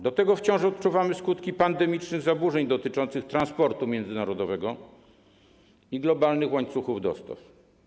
Do tego wciąż odczuwamy skutki pandemicznych zaburzeń dotyczących transportu międzynarodowego i globalnych łańcuchów dostaw.